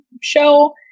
show